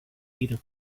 either